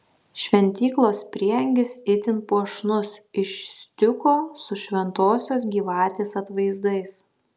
šventyklos prieangis itin puošnus iš stiuko su šventosios gyvatės atvaizdais